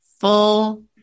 full